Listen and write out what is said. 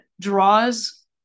draws